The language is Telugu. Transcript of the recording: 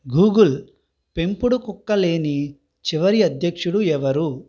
గూగుల్ పెంపుడు కుక్క లేని చివరి అధ్యక్షుడు ఎవరు